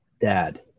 Dad